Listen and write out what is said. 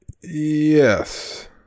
yes